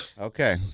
Okay